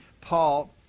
Paul